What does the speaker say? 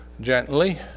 gently